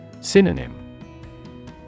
Synonym